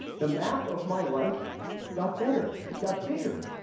the map of my life got better, it got bigger,